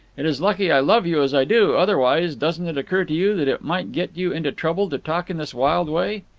it is lucky i love you as i do, otherwise doesn't it occur to you that it might get you into trouble to talk in this wild way?